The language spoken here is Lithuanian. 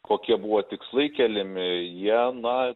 kokie buvo tikslai keliami jie na